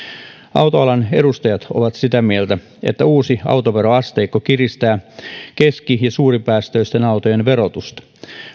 autoalan edustajat ovat sitä mieltä että uusi autoveroasteikko kiristää keski ja suuripäästöisten autojen verotusta